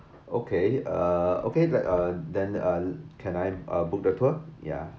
okay uh okay like uh then uh can I uh book the tour ya